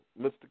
Mr